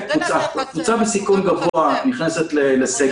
קבוצה בסיכון גבוה נכנסת לסגר